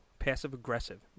Passive-aggressive